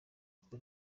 ubundi